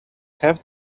have